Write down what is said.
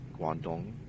Guangdong